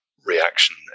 reaction